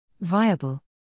viable